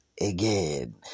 again